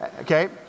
Okay